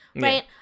Right